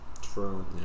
True